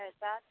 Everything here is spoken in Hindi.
छः सात